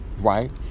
Right